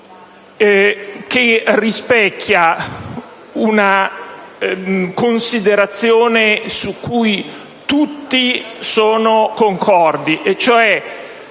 che rispecchia una considerazione su cui tutti sono concordi, e cioè